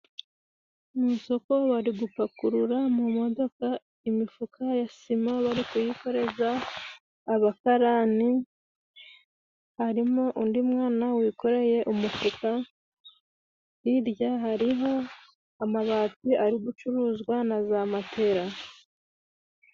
Mu isoko bari gupakurura mu modoka imifuka ya sima. Bari kuyikoreza abakarani harimo undi mwana wikoreye umufuka. Hirya hariho amabati ari gucuruzwa na za matera.